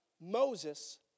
Moses